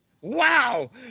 Wow